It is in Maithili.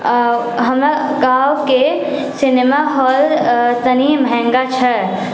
हमरा गाँवके सिनेमा हाँल तनि महँगा छै